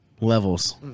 levels